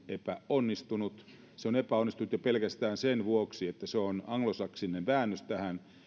epäonnistunut se on epäonnistunut jo pelkästään sen vuoksi että se on anglosaksinen väännös